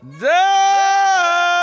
die